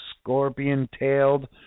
scorpion-tailed